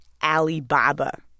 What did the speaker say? Alibaba